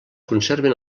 conserven